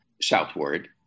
southward